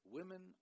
Women